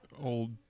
Old